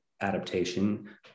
adaptation